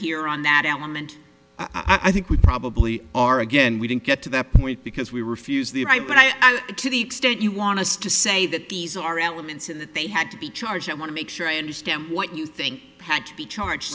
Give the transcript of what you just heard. here on that element i think we probably are again we didn't get to that point because we refused the right but i'm to the extent you want us to say that these are elements in that they had to be charged i want to make sure i understand what you think had to be charged